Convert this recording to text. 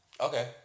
Okay